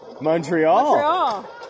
Montreal